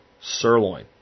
sirloin